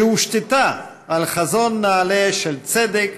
שהושתתה על חזון נעלה של צדק,